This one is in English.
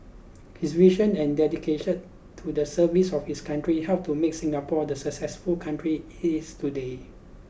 his vision and dedication to the service of his country helped to make Singapore the successful country it is today